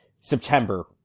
September